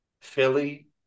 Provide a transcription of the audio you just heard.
Philly